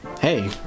hey